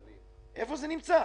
איפה זה נמצא?